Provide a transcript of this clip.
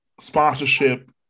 sponsorship